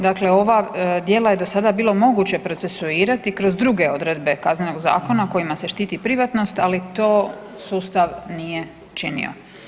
Dakle ova djela je do sada bilo moguće procesuirati kroz druge odredbe Kaznenog zakona kojima se štiti privatnost, ali to sustav nije činio.